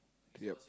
yup